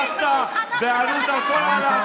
מר הרצנו, לקחת בעלות על כל הלהט"בים.